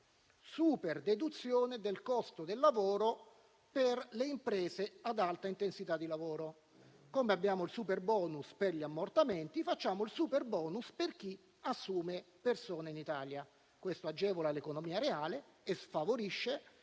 super deduzione del costo del lavoro per le imprese ad alta intensità di lavoro; come abbiamo il superbonus per gli ammortamenti, facciamo il superbonus per chi assume persone in Italia. Questo agevola l'economia reale e sfavorisce